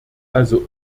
also